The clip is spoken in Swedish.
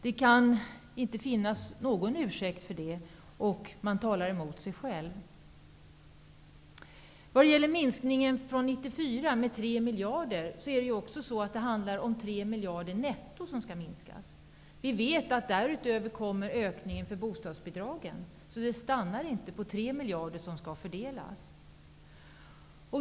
Det kan inte finnas någon ursäkt därför, och man talar emot sig själv. När det gäller minskningen för 1994 med 3 miljarder kronor, är det ju 3 miljarder kronor netto som skall minskas. Vi vet att ökningen för bostadsbidragen kommer därutöver. Det stannar alltså inte på beloppet 3 miljarder kronor, som skall fördelas.